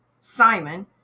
Simon